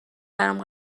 برام